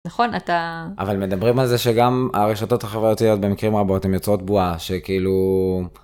נכון, אתה... אבל מדברים על זה שגם הרשתות החברתיות במקרים רבות הם יוצרות בועה שכאילו...